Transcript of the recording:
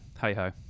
hey-ho